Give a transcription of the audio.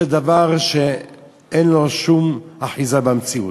זה דבר שאין לו שום אחיזה במציאות?